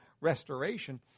restoration